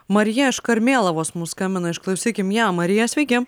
marija iš karmėlavos mums skambina išklausykim ją marija sveiki